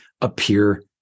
appear